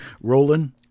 Roland